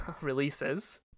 releases